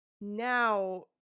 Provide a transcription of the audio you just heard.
now